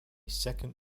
second